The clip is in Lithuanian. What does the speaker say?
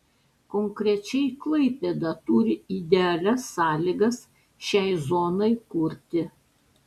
konkrečiai klaipėda turi idealias sąlygas šiai zonai kurti